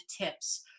tips